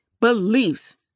beliefs